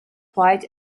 quiet